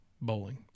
bowling